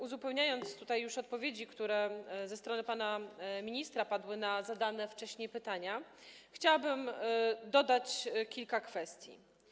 Uzupełniając odpowiedzi, które już ze strony pana ministra padły na zadane wcześniej pytania, chciałabym dodać kilka kwestii.